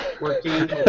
working